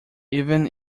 even